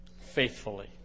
faithfully